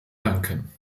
danken